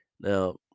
Now